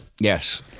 Yes